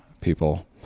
people